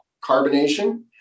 carbonation